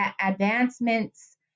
advancements